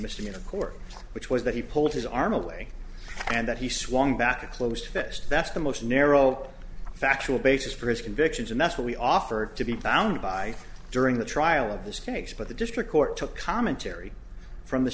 of a court which was that he pulled his arm away and that he swung back to close to that that's the most narrow factual basis for his convictions and that's what we offer to be bound by during in the trial of this case but the district court took commentary from the